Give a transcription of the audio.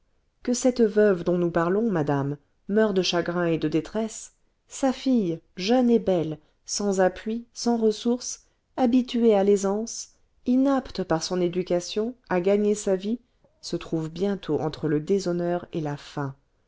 que cette veuve dont nous parlons madame meure de chagrin et de détresse sa fille jeune et belle sans appui sans ressource habituée à l'aisance inapte par son éducation à gagner sa vie se trouve bientôt entre le déshonneur et la faim